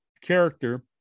character